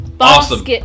Awesome